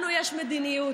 לנו יש מדיניות.